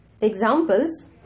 Examples